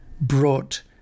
brought